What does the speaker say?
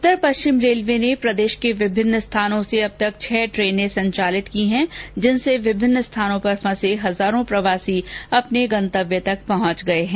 उत्तर पश्चिम रेलवे ने प्रदेश के विभिन्न स्थानों से अब तक छह टेने संचालित की हैं जिनसे विभिन्न स्थानों पर फंसे हजारों प्रवासी अपने गंतव्य तक पहुंच पाये हैं